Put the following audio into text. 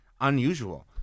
unusual